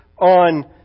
on